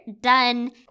done